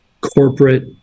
corporate